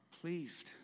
pleased